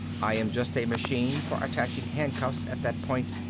i am just a machine for attaching handcuffs at that point.